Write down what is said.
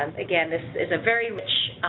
um again this is a very much